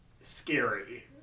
scary